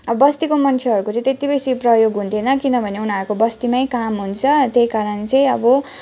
बस्तीको मन्छेहरूको चाहिँ त्यति बेसी प्रयोग हुन्थेन किनभने उनीहरूको बस्तीमै काम हुन्छ त्यही कारण चाहिँ अब